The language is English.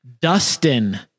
Dustin